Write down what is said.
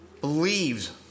believes